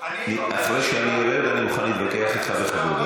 אחרי שאני ארד אני אוכל להתווכח איתך בכבוד,